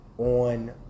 On